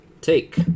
Take